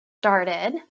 started